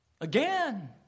Again